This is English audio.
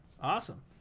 awesome